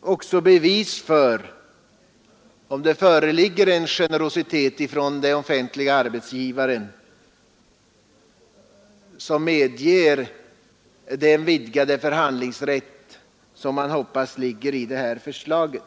också bevis för om det föreligger en generositet från den offentlige arbetsgivaren som medger den vidgade förhandlingsrätt som vi tror ligger i detta förslag.